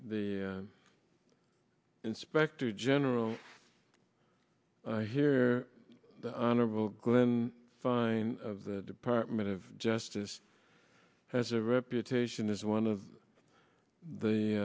the inspector general here the honorable glenn fine of the department of justice has a reputation as one of the